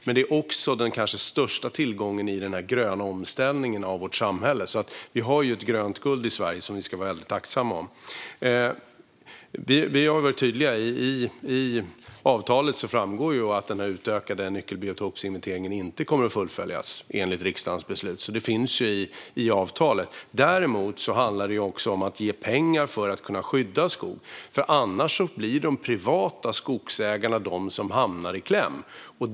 Den är också den kanske största tillgången i den gröna omställningen av vårt samhälle, så vi ska vara aktsamma om vårt gröna guld. Av januariavtalet framgår att den utökade nyckelbiotopsinventeringen inte kommer att fullföljas, i enlighet med riksdagens beslut. Dock handlar det om att ge pengar för att kunna skydda skog, för annars hamnar de privata skogsägarna i kläm.